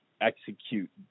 execute